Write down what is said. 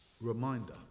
reminder